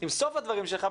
עם סוף הדברים שלך,